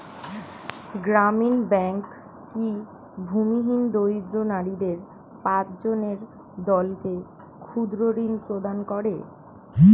গ্রামীণ ব্যাংক কি ভূমিহীন দরিদ্র নারীদের পাঁচজনের দলকে ক্ষুদ্রঋণ প্রদান করে?